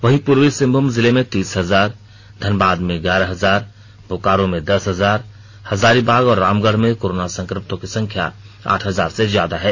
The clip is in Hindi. वहीं पूर्वी सिंहभूम जिले में तीस हजार धनबाद में ग्यारह हजार बोकारो में दस हजार हजारीबाग और रामगढ़ में कोरोना संक्रमितों की संख्या आठ हजार से ज्यादा है